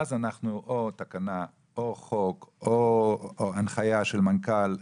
ואז אנחנו או תקנה או חוק או הנחיה של מנכ"ל,